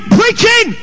preaching